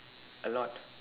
a lot